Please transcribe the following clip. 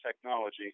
technology